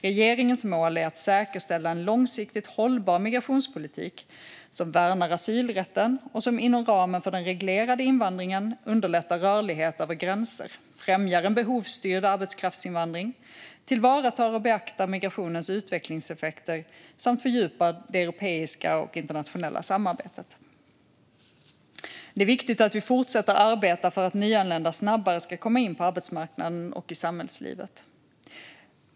Regeringens mål är att säkerställa en långsiktigt hållbar migrationspolitik som värnar asylrätten och som inom ramen för den reglerade invandringen underlättar rörlighet över gränser, främjar en behovsstyrd arbetskraftsinvandring, tillvaratar och beaktar migrationens utvecklingseffekter samt fördjupar det europeiska och internationella samarbetet. Det är viktigt att vi fortsätter arbeta för att nyanlända snabbare ska komma in på arbetsmarknaden och i samhällslivet.